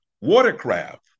watercraft